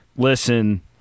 listen